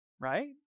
right